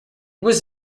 was